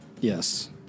Yes